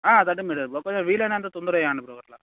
thirty metres ఒకటే వీలైనంత తొందరగా చేయండి బ్రో అట్లా